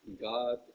God